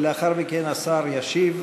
לאחר מכן השר ישיב.